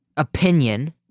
opinion